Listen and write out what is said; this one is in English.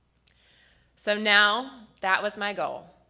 so now, that was my goal.